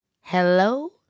Hello